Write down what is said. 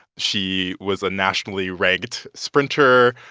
she was a nationally ranked sprinter.